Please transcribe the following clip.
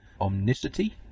omnicity